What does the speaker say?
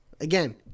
Again